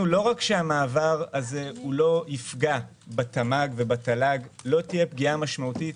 לא רק שהמעבר הזה לא יפגע בתמ"ג ובתל"ג אלא לא תהיה פגיעה משמעותית